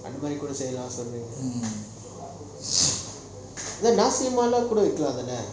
நம்ம எப்போ சேலம் சொல்லுங்க:namma epo seilam solunga nasi lemak லாம் கூட விக்கலாம் தான்:lam kuda vikkalam thaaan